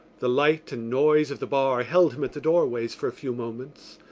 the light and noise of the bar held him at the doorways for a few moments.